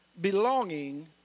belonging